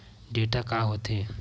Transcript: Data का होथे?